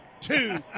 two